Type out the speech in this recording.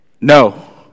no